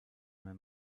man